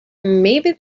maybe